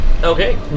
Okay